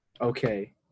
Okay